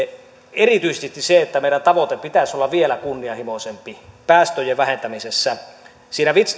erityisesti se että meidän tavoitteemme pitäisi olla vielä kunnianhimoisempi päästöjen vähentämisessä siinä